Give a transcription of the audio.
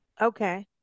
Okay